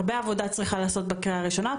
הרבה עבודה צריכה להיעשות בקריאה ראשונה.